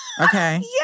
Okay